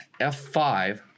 F5